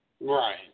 Right